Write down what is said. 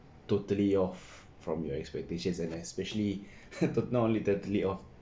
totally off from your expectations and especially not only totally off